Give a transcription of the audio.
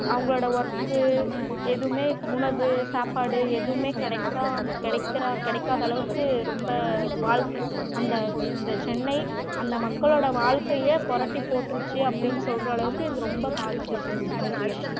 அவங்களோட ஒர்க்கு எதுவுமே உணவு சாப்பாடு எதுவுமே கிடைக்காம கிடைக்கிற கிடைக்காத அளவுக்கு ரொம்ப வாழ்க்கை அந்த இந்த சென்னை அந்த மக்களோடய வாழ்க்கையே பிரட்டி போட்டிருச்சி அப்படின்னு சொல்கிற அளவுக்கு இது ரொம்ப பாதிச்சுருக்கு மிக்ஜாம் புயல்